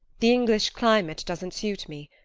the english climate doesn't suit me.